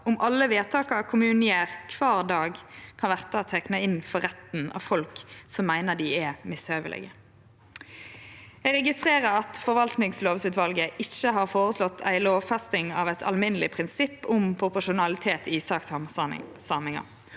om alle vedtaka kommunen gjer kvar dag, kan verte tekne inn for retten av folk som meiner dei er mishøvelege. Eg registrerer at forvaltingslovutvalet ikkje har føreslått ei lovfesting av eit alminneleg prinsipp om proporsjonalitet i sakshandsaminga.